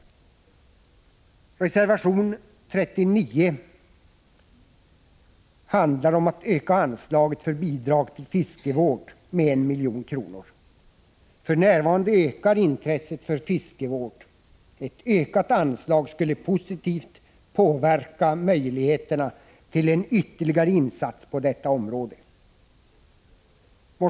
I reservation 39 föreslår vi en ökning av anslaget för bidrag till fiskevård med 1 milj.kr. För närvarande växer intresset för fiskevård. Ett höjt anslag skulle positivt påverka möjligheterna till en ytterligare insats på detta område.